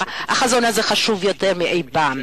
מאי-פעם.